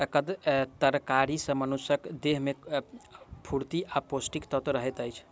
कंद तरकारी सॅ मनुषक देह में स्फूर्ति आ पौष्टिक तत्व रहैत अछि